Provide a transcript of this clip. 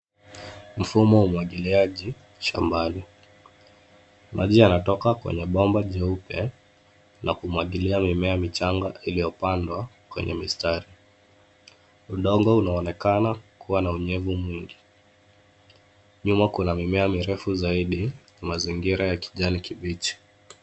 Mfumo wa umwagiliaji shambani. Maji yanatoka kwenye bomba jeupe na kumwagilia mimea michanga iliyopandwa kwenye mistari. Udongo unaonekana kuwa na unyevu mwingi. Nyuma kuna mimea mirefu zaidi, mazingira ya kijani kibichi.